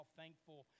thankful